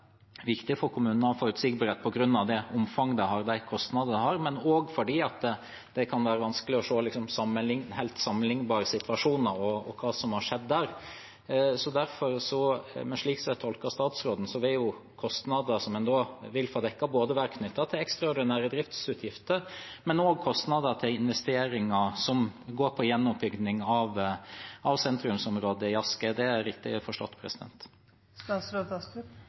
fordi det kan være vanskelig å se helt sammenlignbare situasjoner og hva som har skjedd der. Slik jeg tolker statsråden, vil kostnader en da vil få dekket, være knyttet til både ekstraordinære driftsutgifter og kostnader til investeringer som går på gjenoppbygging av sentrumsområdet på Ask. Er det riktig forstått? Det er helt riktig forstått